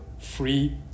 free